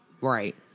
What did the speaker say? Right